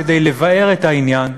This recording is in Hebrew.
כדי לבאר את העניין,